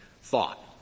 thought